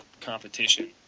competition